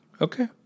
okay